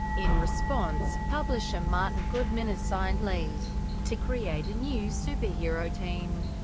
in response, publisher martin goodman assigned lee to create a new superhero team.